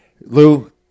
Lou